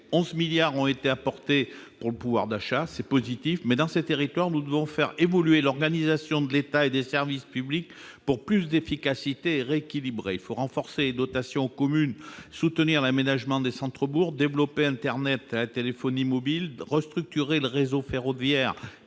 11 milliards d'euros pour le pouvoir d'achat, c'est positif. Il faut faire évoluer l'organisation de l'État et des services publics pour plus d'efficacité et un meilleur rééquilibrage. Il faut renforcer les dotations aux communes, soutenir l'aménagement des centres-bourgs, développer internet et la téléphonie mobile, restructurer le réseau ferroviaire